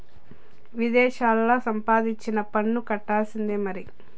విదేశాల్లా సంపాదించినా పన్ను కట్టాల్సిందే మరి